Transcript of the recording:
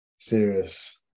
serious